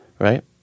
right